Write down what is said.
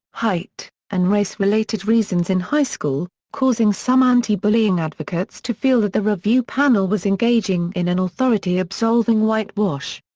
height, and race-related reasons in high school, causing some anti-bullying advocates to feel that the review panel was engaging in an authority-absolving whitewash.